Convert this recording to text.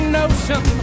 notion